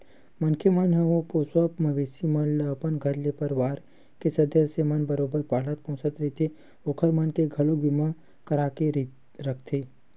मनखे मन ह ओ पोसवा मवेशी मन ल अपन घर के परवार के सदस्य मन बरोबर पालत पोसत रहिथे ओखर मन के घलोक बीमा करा के रखथे